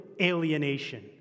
alienation